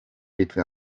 witwe